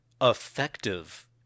effective